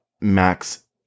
max